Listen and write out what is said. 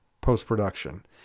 post-production